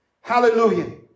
hallelujah